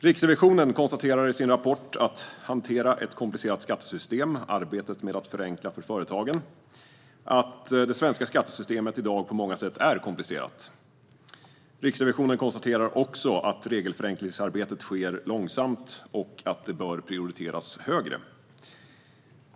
Riksrevisionen konstaterar i sin rapport Att hantera ett komplicerat skattesystem - Arbetet med att förenkla för företagen att det svenska skattesystemet i dag på många sätt är komplicerat. Riksrevisionen konstaterar också att regelförenklingsarbetet sker långsamt och att det bör prioriteras högre.